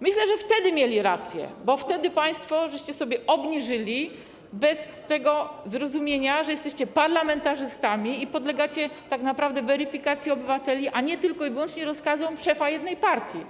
myślę, wtedy mieli rację, wtedy państwo sobie obniżyliście bez zrozumienia tego, że jesteście parlamentarzystami i podlegacie tak naprawdę weryfikacji obywateli, a nie tylko i wyłącznie rozkazom szefa jednej partii.